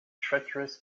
treacherous